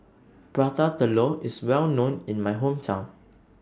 Prata Telur IS Well known in My Hometown